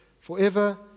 forever